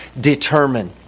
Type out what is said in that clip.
determine